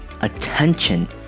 attention